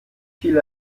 viele